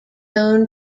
own